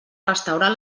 restaurar